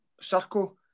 circle